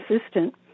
assistant